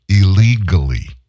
illegally